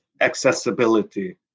accessibility